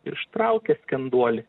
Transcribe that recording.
ištraukė skenduolį